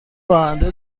راننده